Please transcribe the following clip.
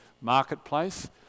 marketplace